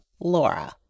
Laura